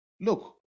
look